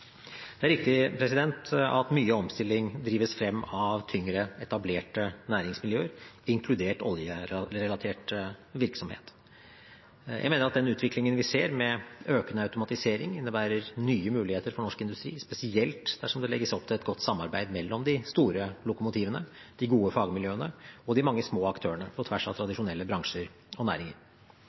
Det er riktig at mye omstilling drives fram av tyngre, etablerte næringsmiljøer, inkludert oljerelatert virksomhet. Jeg mener at den utviklingen vi ser, med økende automatisering, innebærer nye muligheter for norsk industri, spesielt dersom det legges opp til et godt samarbeid mellom de store lokomotivene, de gode fagmiljøene og de mange små aktørene, på tvers av tradisjonelle bransjer og næringer.